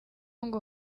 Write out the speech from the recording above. ngo